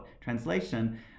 translation